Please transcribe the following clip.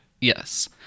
yes